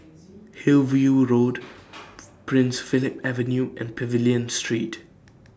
Hillview Road Prince Philip Avenue and Pavilion Street